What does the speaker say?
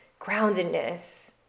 groundedness